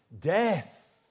death